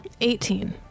Eighteen